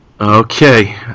Okay